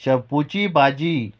शेपुची भाजी